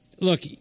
Look